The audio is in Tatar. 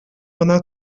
гына